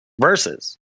versus